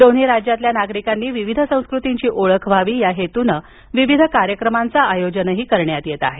दोन्ही राज्यातील नागरीकांनी विविध संस्कृतींची ओळख व्हावी या हेतूने विविध कार्यक्रमांच आयोजन करण्यात येत आहे